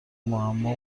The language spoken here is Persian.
معما